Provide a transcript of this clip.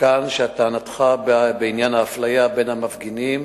מכאן שטענתך בעניין האפליה בין המפגינים